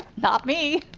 not me.